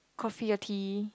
coffee or tea